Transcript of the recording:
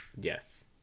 Yes